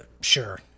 Sure